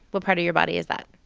what part of your body is that?